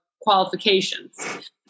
qualifications